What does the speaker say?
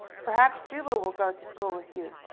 perhaps juba will go to school with you.